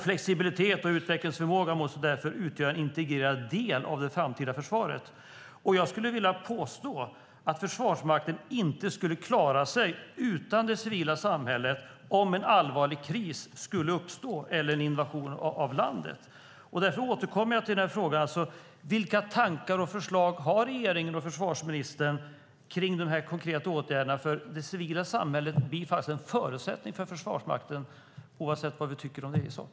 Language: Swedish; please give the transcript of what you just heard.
Flexibilitet och utvecklingsförmåga måste därför utgöra en integrerad del av det framtida försvaret. Jag skulle vilja påstå att Försvarsmakten inte skulle klara sig utan det civila samhället om en allvarlig kris skulle uppstå eller om det skulle bli en invasion av landet. Därför återkommer jag till frågan: Vilka tankar och förslag har regeringen och försvarsministern kring de konkreta åtgärderna, för det civila samhället blir faktiskt en förutsättning för Försvarsmakten, oavsett vad du tycker om det i sak.